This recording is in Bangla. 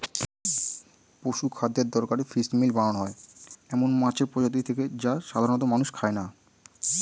পশুখাদ্যের দরকারে ফিসমিল বানানো হয় এমন মাছের প্রজাতি থেকে যা সাধারনত মানুষে খায় না